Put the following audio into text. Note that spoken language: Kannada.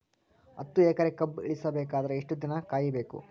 ಹತ್ತು ಎಕರೆ ಕಬ್ಬ ಇಳಿಸ ಬೇಕಾದರ ಎಷ್ಟು ದಿನ ಕಾಯಿ ಬೇಕು?